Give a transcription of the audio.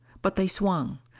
but they swung.